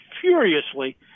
furiously